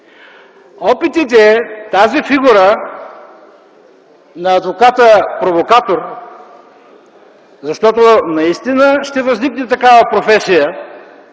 Опитите тази фигура на адвоката-провокатор, защото наистина ще възникне такава професия